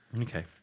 okay